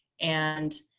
and